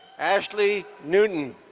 ashley newton.